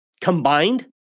combined